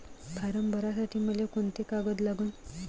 Form भरासाठी मले कोंते कागद लागन?